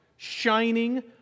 shining